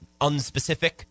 unspecific